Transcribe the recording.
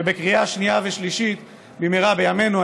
ובקריאה שנייה ושלישית במהרה בימינו.